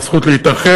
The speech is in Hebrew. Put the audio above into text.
על הזכות להתאחד,